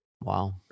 Wow